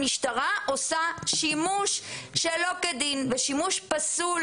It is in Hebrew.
המשטרה עושה שימוש שלא כדין ושימוש פסול